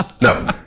No